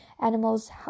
animals